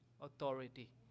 authority